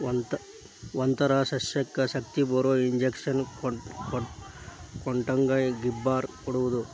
ಒಂತರಾ ಸಸ್ಯಕ್ಕ ಶಕ್ತಿಬರು ಇಂಜೆಕ್ಷನ್ ಕೊಟ್ಟಂಗ ಗಿಬ್ಬರಾ ಕೊಡುದು